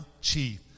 chief